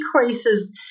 decreases